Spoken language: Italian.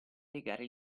piegare